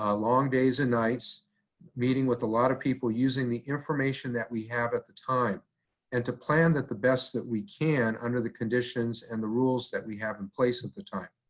ah long days and nights meeting with a lot of people using the information that we have at the time and to plan that the best that we can under the conditions and the rules that we have in place at the time.